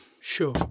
sure